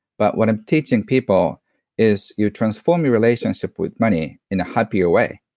but, what i'm teaching people is you transform your relationship with money in a happier way,